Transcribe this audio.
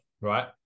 right